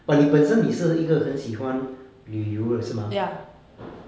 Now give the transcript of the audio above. but 你本身你是一个很喜欢旅游的是吗